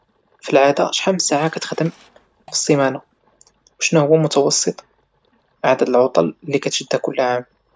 فالعادة شحال من ساعة كتخدم فالسيمانا، شناهوا متوسط عدد العطل اللي كتشد فالعام؟